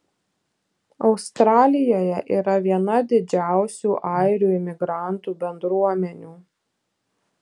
australijoje yra viena didžiausių airių imigrantų bendruomenių